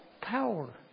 power